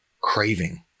craving